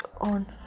on